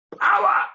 power